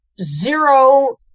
zero